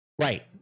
Right